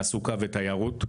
תעסוקה ותיירות,